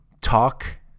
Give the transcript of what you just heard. talk